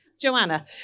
Joanna